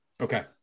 okay